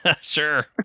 Sure